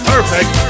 Perfect